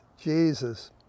Jesus